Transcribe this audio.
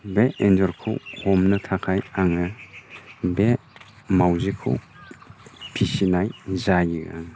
बे एन्जरखौ हमनो थाखाय आङो बे मावजिखौ फिसिनाय जायो आं